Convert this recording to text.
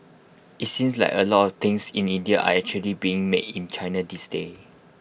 IT seems like A lot things in India are actually being made in China these days